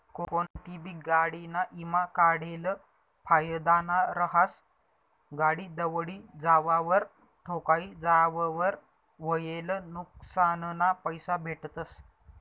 कोनतीबी गाडीना ईमा काढेल फायदाना रहास, गाडी दवडी जावावर, ठोकाई जावावर व्हयेल नुक्सानना पैसा भेटतस